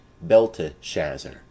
Belteshazzar